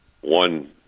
One